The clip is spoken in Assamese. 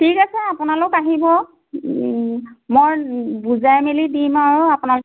ঠিক আছে আপোনালোক আহিব মই বুজাই মেলি দিম আৰু আপোনালোকক